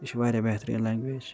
یہِ چھِ وارِیاہ بہترین لنٛگویج